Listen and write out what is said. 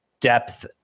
depth